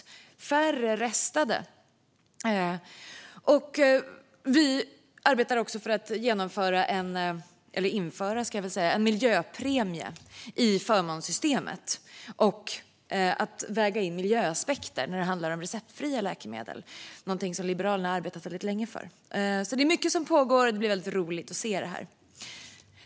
Det ska vara färre restnoterade läkemedel. Vi arbetar också för att införa en miljöpremie i förmånssystemet och väga in miljöaspekter när det handlar om receptfria läkemedel. Det är något som Liberalerna har arbetat väldigt länge för. Det är alltså mycket som pågår. Det blir väldigt roligt att se detta.